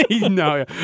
no